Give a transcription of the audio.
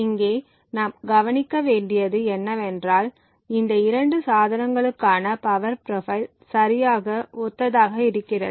இங்கே நாம் கவனிக்க வேண்டியது என்னவென்றால் இந்த இரண்டு சாதனங்களுக்கான பவர் ப்ரொபைல் சரியாக ஒத்ததாக இருக்கிறது